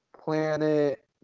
Planet